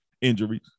injuries